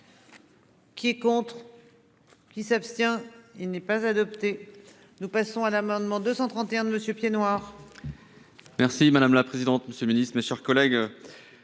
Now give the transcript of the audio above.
Qui est contre. Qui s'abstient. Il n'est pas adopté. Nous passons à l'amendement 231 monsieur pieds-noirs.